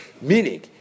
Meaning